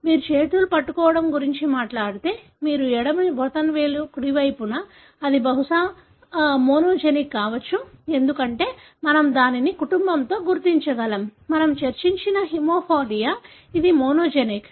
మీరు చేతులు పట్టుకోవడం గురించి మాట్లాడితే మీ ఎడమ బొటనవేలు కుడి వైపున అది బహుశా మోనోజెనిక్ కావచ్చు ఎందుకంటే మనము దానిని కుటుంబంలో గుర్తించగలం మనము చర్చించిన హిమోఫిలియా ఇది మోనోజెనిక్